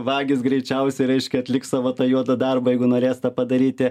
vagys greičiausia reiškia atliks savo tą juodą darbą jeigu norės tą padaryti